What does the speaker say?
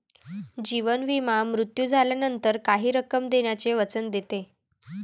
जीवन विमा मृत्यू झाल्यास काही रक्कम देण्याचे वचन देतो